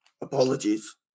Apologies